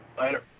Later